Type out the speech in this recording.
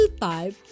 type